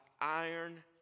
Iron